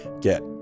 Get